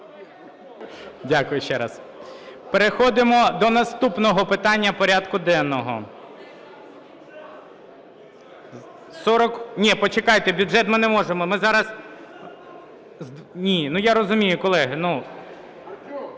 Дякую ще раз. Переходимо до наступного питання порядку денного...